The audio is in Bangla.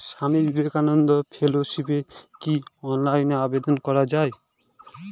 স্বামী বিবেকানন্দ ফেলোশিপে কি অনলাইনে আবেদন করা য়ায়?